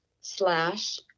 slash